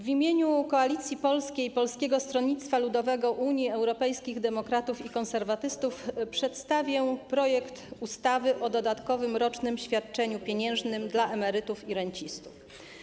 W imieniu Koalicji Polskiej - Polskiego Stronnicowa Ludowego, Unii Europejskich Demokratów i Konserwatystów przedstawię stanowisko w sprawie projektu ustawy o dodatkowym rocznym świadczeniu pieniężnym dla emerytów i rencistów.